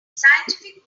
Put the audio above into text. scientific